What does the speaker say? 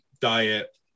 diet